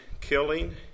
killing